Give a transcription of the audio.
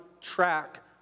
track